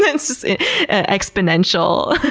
it's just exponential,